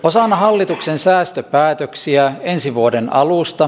osana hallituksen säästöpäätöksiä ensi vuoden alusta